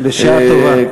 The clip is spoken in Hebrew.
בשעה טובה.